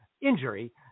injury